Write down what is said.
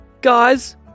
guys